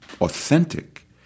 authentic